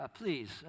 Please